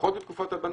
לפחות בתקופת הביניים.